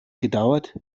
gedauert